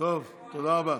תודה רבה.